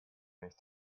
nicht